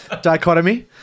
dichotomy